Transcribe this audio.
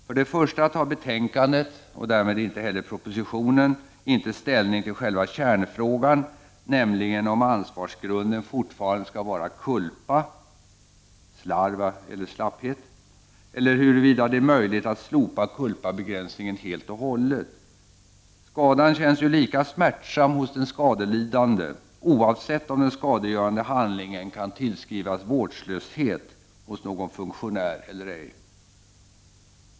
För det första tar betänkandet och därmed ej heller propositionen inte ställning till själva kärnfrågan, nämligen huruvida ansvarsgrunden fortfarande skall vara culpa — alltså slarv eller slapphet — eller huruvida det är möjligt att slopa culpabegränsningen helt och hållet. Skadan känns ju lika smärtsam hos den skadelidande, oavsett om den skadegörande handlingen kan tillskrivas vårdslöshet hos någon funktionär eller ej.